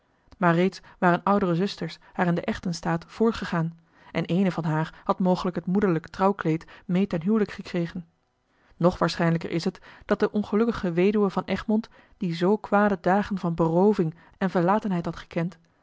maar reeds waren oudere zusters haar in den echten staat voorgegaan en eene van haar had mogelijk het moederlijk trouwkleed meê ten huwelijk gekregen nog waarschijnlijker is het dat de ongelukkige weduwe van egmond die zoo kwade dagen van berooving en verlatenheid had gekend